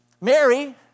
Mary